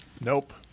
Nope